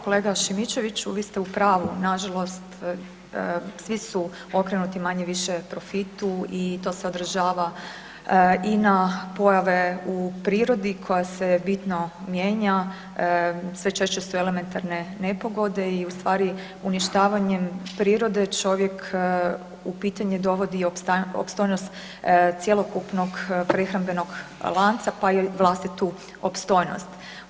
Kolega Šimičeviću, vi ste u pravu nažalost svi su okrenuti manje-više profitu i to se odražava i na pojave u prirodi koja se bitno mijenja, sve češće su elementarne nepogode i ustvari uništavanjem prirode čovjek u pitanje dovodi opstojnost cjelokupnog prehrambenog lanca pa i vlastitu opstojnost.